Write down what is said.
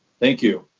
thank you.